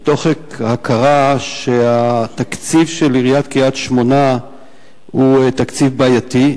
מתוך הכרה שהתקציב של עיריית קריית-שמונה הוא תקציב בעייתי,